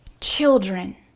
Children